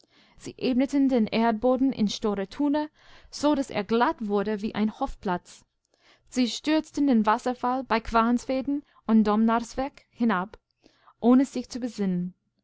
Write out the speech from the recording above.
sie mit einer machtdahin dernichtszuwiderstehenvermochte sieebnetendenerdboden in store tuna so daß er glatt wurde wie ein hofplatz sie stürzten den wasserfall bei kvarnsveden und domnarsvek hinab ohne sich zu besinnen